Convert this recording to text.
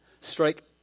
Strike